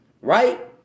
right